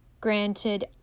Granted